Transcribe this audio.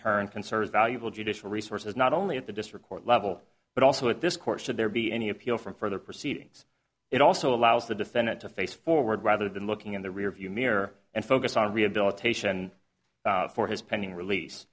turn concern is valuable judicial resources not only at the district court level but also at this court should there be any appeal from further proceedings it also allows the defendant to face forward rather than looking in the rearview mirror and focus on rehabilitation for his pending release